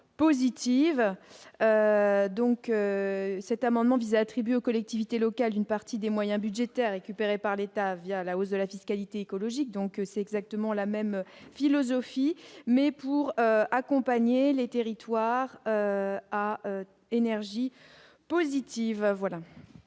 positive, donc, cet amendement vise à attribuer aux collectivités locales une partie des moyens budgétaires récupérés par l'État via la hausse de la fiscalité écologique, donc c'est exactement la même philosophie mais pour accompagner les territoires à énergie positive